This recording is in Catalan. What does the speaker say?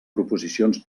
proposicions